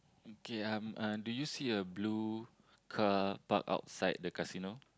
okay um uh do you see a blue car park outside the casino